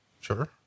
Sure